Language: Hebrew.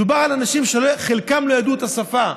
מדובר על אנשים שחלקם לא ידעו את השפה.